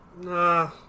Nah